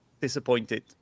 disappointed